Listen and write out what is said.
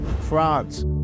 France